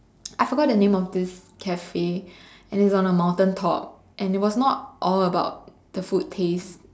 I forgot the name of this cafe and it's on the mountain top and it was not all about the food taste